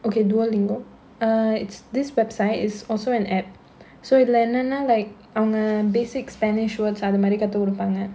okay duolingo err it's this website is also an app so இதுல என்னன்னா:idhula ennanaa like அவங்க:avanga basic spanish words அது மாறி கத்துக்குடுப்பாங்க:adhu maari kathukkuduppaanga